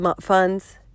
funds